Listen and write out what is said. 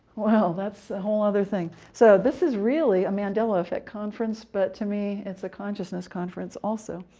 well, that's a whole other thing. so this is really a mandela effect conference, but to me, it's a consciousness conference, also.